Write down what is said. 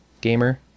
gamer